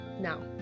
now